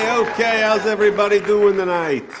ok. how's everybody doing tonight?